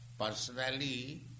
personally